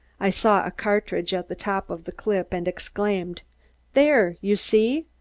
i saw a cartridge at the top of the clip and exclaimed there! you see?